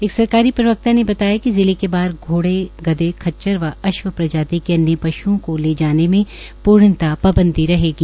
एक सरकारी प्रवक्ता ने बताया कि जिले के बाहर घोड़े गधे खच्चर व अश्व प्रजाति के अन्य पश्ओं को ले जाने में पूर्णता पांबदी रहेगी